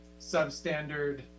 substandard